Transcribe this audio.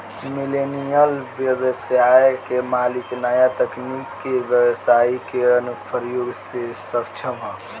millennial ब्यबसाय के मालिक न्या तकनीक के ब्यबसाई के अनुप्रयोग में सक्षम ह